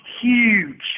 huge